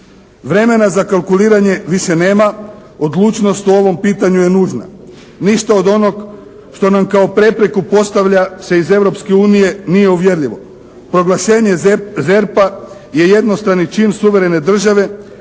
Vremena za kalkuliranje više nema, odlučnost o ovom pitanju je nužna. Ništa od onog što nam kao prepreku postavlja se iz Europske unije nije uvjerljivo. Proglašenje ZERP-a je jednostrani čin suverene države